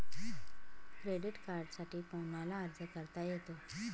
Credit कार्डसाठी कोणाला अर्ज करता येतो?